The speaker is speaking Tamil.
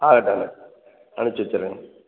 ஆகட்டுங்க அனுப்ச்சு வெச்சிடறேன்